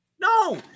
No